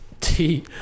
T-